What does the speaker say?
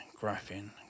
graphing